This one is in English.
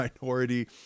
minority